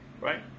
right